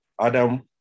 Adam